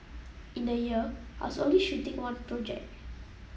in a year I was only shooting one project